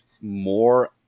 more